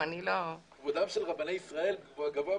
כבודם של רבני ישראל גבוה בעיניה.